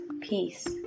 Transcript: peace